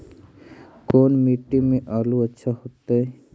कोन मट्टी में आलु अच्छा होतै?